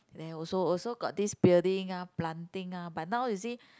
then also also got this building uh planting uh but now you see